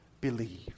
Believe